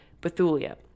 bethulia